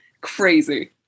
crazy